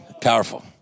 Powerful